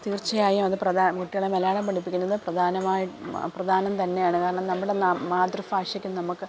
തീര്ച്ചയായും അത് പ്രധാ കുട്ടികളെ മലയാളം പഠിപ്പിക്കുന്നത് പ്രധാനമായി പ്രധാനം തന്നെയാണ് കാരണം നമ്മുടെ നാ മാതൃഭാഷയ്ക്കും നമുക്ക്